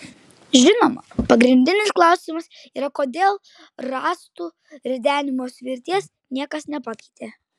žinoma pagrindinis klausimas yra kodėl rąstų ridenimo svirties niekas nepakeitė